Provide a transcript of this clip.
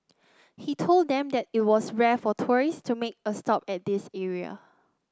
he told them that it was rare for tourists to make a stop at this area